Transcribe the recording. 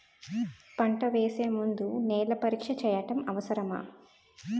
పంట వేసే ముందు నేల పరీక్ష చేయటం అవసరమా?